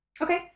Okay